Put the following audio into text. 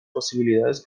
posibilidades